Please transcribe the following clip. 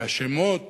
כי השמות